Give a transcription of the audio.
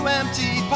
empty